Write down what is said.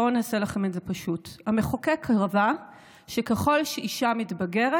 בואו אני אעשה לכם את זה פשוט: המחוקק קבע שככל שאישה מתבגרת,